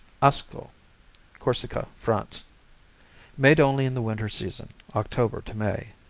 asco corsica, france made only in the winter season, october to may.